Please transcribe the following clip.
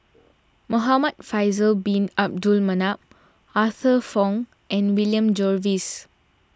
Muhamad Faisal Bin Abdul Manap Arthur Fong and William Jervois